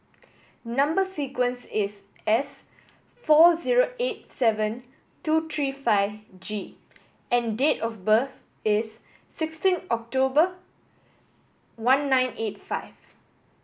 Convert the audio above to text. number sequence is S four zero eight seven two three five G and date of birth is sixteen October one nine eight five